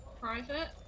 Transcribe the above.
private